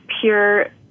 pure